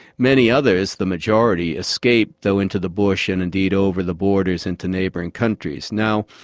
many others, the majority, escaped though into the bush and indeed over the borders into neighbouring countries. now